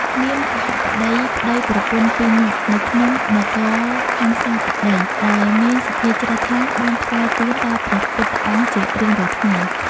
មានគហបតីប្ដីប្រពន្ធពីរនាក់នៅក្នុងនគរហង្សាបតី ដែលមានសទ្ធាជ្រះថ្លាបានថ្វាយទានដល់ព្រះពុទ្ធអង្គជារៀងរាល់ថ្ងៃ។